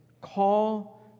call